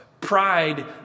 Pride